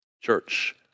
church